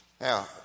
Now